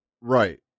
Right